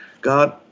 God